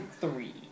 three